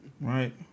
right